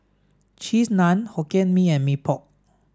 Cheese Naan Hokkien Mee and Mee Pok